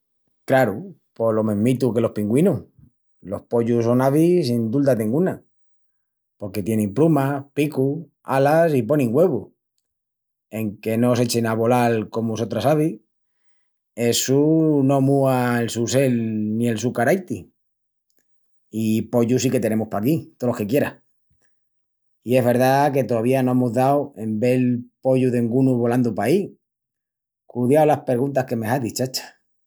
Craru, pos lo mesmitu que los pingüinus, los pollus son avis sin dulda denguna. Porque tienin prumas, picu, alas i ponin güevus, enque no s'echin a volal comu sotras avis, essu no múa el su sel ni el su caraiti. I pollus sí que tenemus paquí, tolos que quieras. I es verdá que tovía no amus dau en vel pollu dengunu volandu paí. Cudiau las perguntas que me hazis, chacha!